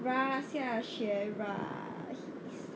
ra~ xiaxue ra~